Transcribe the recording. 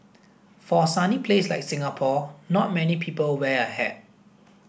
for a sunny place like Singapore not many people wear a hat